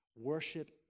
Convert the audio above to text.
Worship